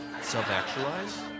self-actualize